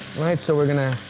right. so we're gonna